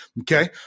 okay